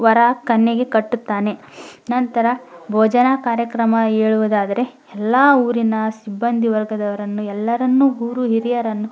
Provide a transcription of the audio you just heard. ವರ ಕನ್ಯೆಗೆ ಕಟ್ಟುತ್ತಾನೆ ನಂತರ ಭೋಜನ ಕಾರ್ಯಕ್ರಮ ಹೇಳುದಾದರೆ ಎಲ್ಲ ಊರಿನ ಸಿಬ್ಬಂದಿ ವರ್ಗದವರನ್ನು ಎಲ್ಲರನ್ನು ಗುರು ಹಿರಿಯರನ್ನು